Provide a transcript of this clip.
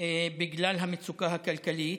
בגלל המצוקה הכלכלית.